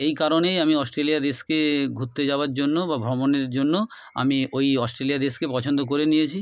এই কারণেই আমি অস্ট্রেলিয়া দেশকে ঘুরতে যাওয়ার জন্য বা ভ্রমণের জন্য আমি ওই অস্ট্রেলিয়া দেশকে পছন্দ করে নিয়েছি